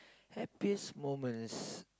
happiest moments